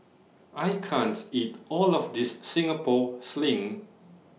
I can't eat All of This Singapore Sling